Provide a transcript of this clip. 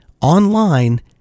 online